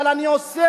אבל אני עושה,